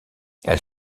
elle